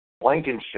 Blankenship